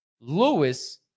Lewis